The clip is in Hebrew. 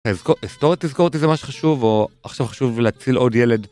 הסטוריה תזכור אותי זה מה שחשוב? או... עכשיו חשוב להציל עוד ילד.